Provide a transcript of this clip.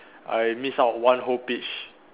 I miss out one whole page